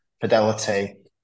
Fidelity